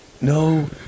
No